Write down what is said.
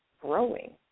growing